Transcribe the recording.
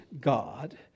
God